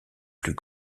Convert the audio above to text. plus